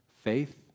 faith